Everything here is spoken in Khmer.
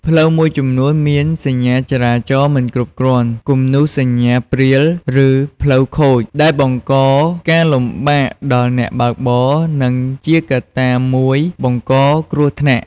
ផ្លូវមួយចំនួនមាន សញ្ញាចរាចរណ៍មិនគ្រប់គ្រាន់ គំនូសសញ្ញាព្រាល ឬផ្លូវខូច ដែលបង្កការលំបាកដល់អ្នកបើកបរ និងជាកត្តាមួយបង្កគ្រោះថ្នាក់។